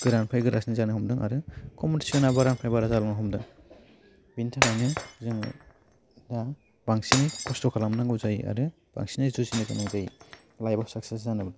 गोरानिफ्राय गोरासिन जानो हमदों आरो कम्फटिशना बारानिफ्राय बारा जालांनो हमदों बेनि थाखानो जोङो ओह बांसिनै खस्थ खालामनांगौ जायो आरो बांसिनै जुजिनो गोनां जायो लाइभआव साकसेस जानो